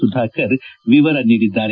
ಸುಧಾಕರ್ ವಿವರ ನೀಡಿದ್ದಾರೆ